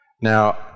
Now